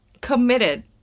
committed